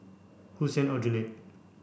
Hussein Aljunied